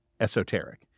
esoteric